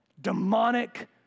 demonic